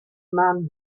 man